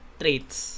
traits